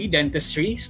Dentistry